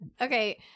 Okay